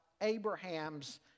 Abraham's